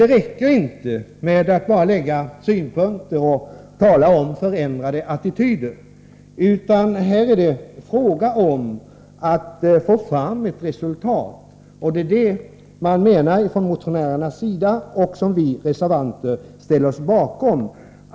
Det räcker dock inte med att bara framlägga synpunkter och tala om förändrade attityder. Här gäller det att åstadkomma resultat. Det menar motionärerna, och det ställer vi reservanter oss bakom.